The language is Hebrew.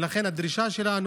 ולכן הדרישה שלנו,